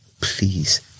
Please